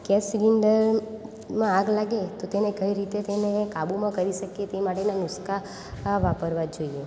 gas સિલિન્ડરમાં આગ લાગે તો તેને કઈ રીતે તેણે કાબૂમાં કરી શકીએ તે માટેનાં નુસ્ખા વાપરવાં જોઈએ